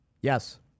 Yes